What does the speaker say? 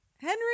Henry